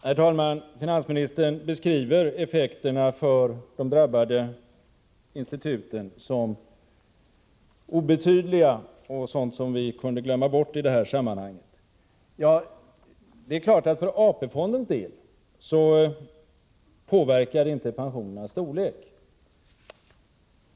Herr talman! Finansministern beskriver effekterna för de drabbade instituten som obetydliga och som sådant som vi kunde glömma bort i detta sammanhang. Det är klart att för AP-fondens del påverkar det inte pensionernas storlek.